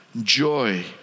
joy